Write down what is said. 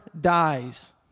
dies